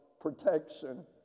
protection